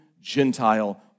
Gentile